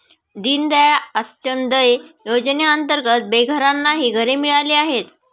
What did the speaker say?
दीनदयाळ अंत्योदय योजनेअंतर्गत बेघरांनाही घरे मिळाली आहेत